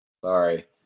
Sorry